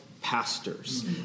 Pastors